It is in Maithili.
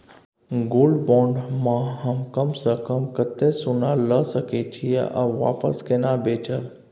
गोल्ड बॉण्ड म हम कम स कम कत्ते सोना ल सके छिए आ वापस केना बेचब?